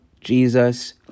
Jesus